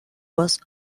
was